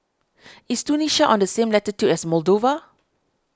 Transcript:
is Tunisia on the same latitude as Moldova